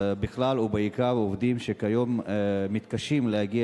ובעיקר לעובדים שכיום מתקשים להגיע